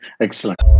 excellent